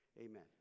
amen